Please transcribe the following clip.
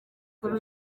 kuri